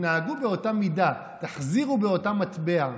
תתנהגו באותה מידה, תחזירו באותה מטבע.